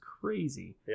crazy